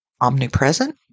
omnipresent